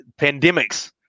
pandemics